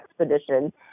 expedition